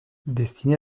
destiné